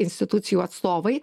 institucijų atstovai